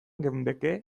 geundeke